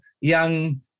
young